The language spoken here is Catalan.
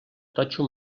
totxo